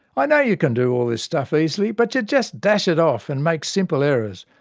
i know you can do all this stuff easily, but you just dash it off, and make simple errors.